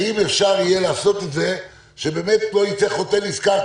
האם אפשר יהיה לעשות את זה שבאמת לא ייצא חוטא נשכר,